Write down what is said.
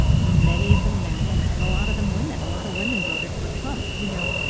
and many of them men and and a lot of them women a lot of women voted for trump you know,